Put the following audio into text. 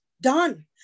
done